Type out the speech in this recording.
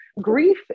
Grief